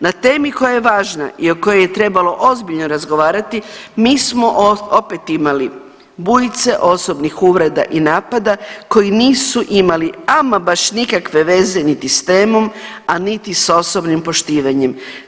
Na temi koja je važna i o kojoj je trebalo ozbiljno razgovarati mi smo opet imali bujice osobnih uvreda i napada koji nisu imali ama baš nikakve veze niti s temom, a niti s osobnim poštivanjem.